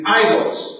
idols